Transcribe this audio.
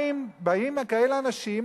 באים כאלה אנשים,